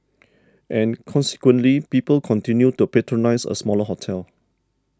and consequently people continued to patronise a smaller hotel